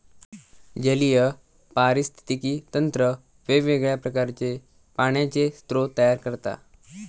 जलीय पारिस्थितिकी तंत्र वेगवेगळ्या प्रकारचे पाण्याचे स्रोत तयार करता